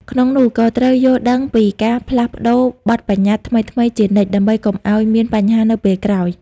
ក្នុងនោះក៏ត្រូវយល់ដឹងពីការផ្លាស់ប្តូរច្បាប់បទប្បញ្ញត្តិថ្មីៗជានិច្ច ដើម្បីកុំអោយមានបញ្ហានៅពេលក្រោយ។